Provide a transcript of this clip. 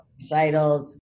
recitals